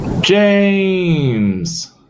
James